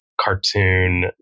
cartoon